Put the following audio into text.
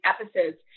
episodes